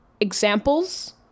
examples